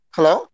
Hello